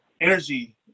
energy